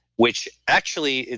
which actually,